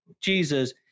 Jesus